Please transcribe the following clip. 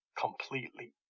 completely